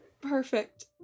Perfect